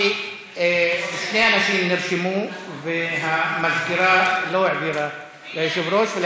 כי שני אנשים נרשמו והמזכירה לא העבירה ליושב-ראש.